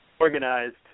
organized